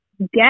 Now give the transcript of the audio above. get